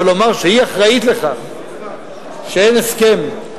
אבל לומר שהיא אחראית לכך שאין הסכם,